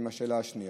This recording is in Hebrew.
בשאלה השנייה.